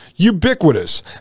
ubiquitous